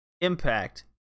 Impact